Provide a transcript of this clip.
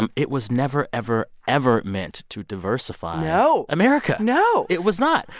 um it was never, ever, ever meant to diversify. no. america no it was not.